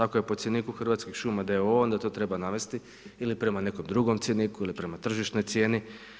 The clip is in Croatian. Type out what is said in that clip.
Ako je po cjeniku Hrvatskih šuma d.o.o., onda to treba navesti ili prema nekom drugom cjeniku ili prema tržišnoj cijeni.